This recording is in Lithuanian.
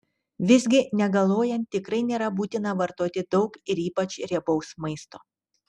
visgi negaluojant tikrai nėra būtina vartoti daug ir ypač riebaus maisto